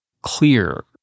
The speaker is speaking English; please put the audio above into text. clear